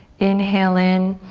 inhale in,